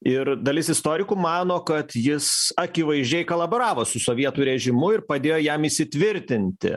ir dalis istorikų mano kad jis akivaizdžiai kolaboravo su sovietų režimu ir padėjo jam įsitvirtinti